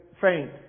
faint